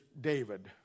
David